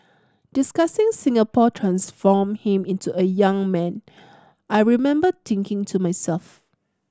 discussing Singapore transformed him into a young man I remember thinking to myself